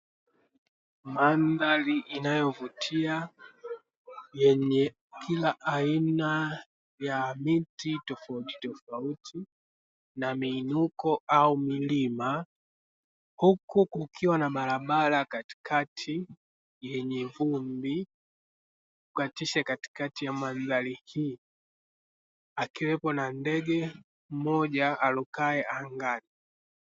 Mandhari inayovutia yenye kila aina ya miti tofauti tofauti, na mii nuko au milima huku kukiwa na barabara yenye vumbi inayokatisha katikati ya mandhari hii. akiwepo na ndege mmoja arukae angani.